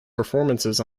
performances